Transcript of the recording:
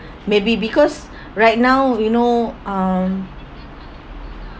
maybe because right now you know um